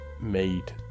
made